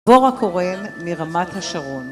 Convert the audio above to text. בורא קורן מרמת השרון